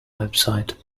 website